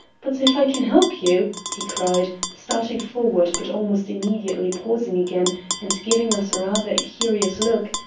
but if i can help you, he cried, starting forward, but almost immediately pausing again and giving us rather a curious look.